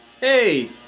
Hey